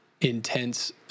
intense